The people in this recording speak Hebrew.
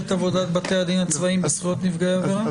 עבודת בתי הדין הצבאיים בזכויות נפגעי עבירה?